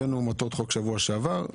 הבאנו מטרות חוק בשבוע שעבר,